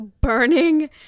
burning